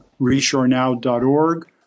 reshorenow.org